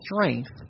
strength